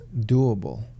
doable